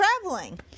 traveling